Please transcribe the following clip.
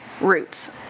roots